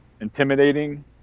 intimidating